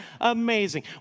Amazing